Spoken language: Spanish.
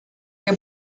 que